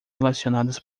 relacionadas